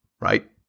right